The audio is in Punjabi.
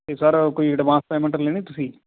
ਅਤੇ ਸਰ ਕੋਈ ਅਡਵਾਂਸ ਪੇਮੈਂਟ ਲੈਣੀ ਤੁਸੀਂ